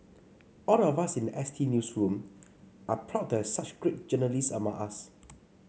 all of us in the S T newsroom are proud to have such great journalists among us